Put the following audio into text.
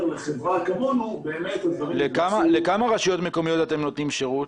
לחברה כמונו- -- לכמה רשויות מקומיות אתם נותנים שירות?